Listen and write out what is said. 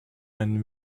and